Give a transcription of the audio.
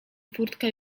furtka